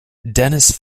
dennis